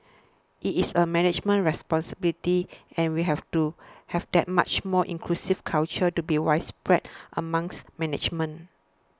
it is a management responsibility and we have do have that much more inclusive culture to be widespread amongst management